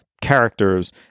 characters